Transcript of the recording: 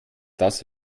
das